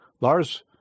Lars